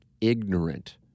ignorant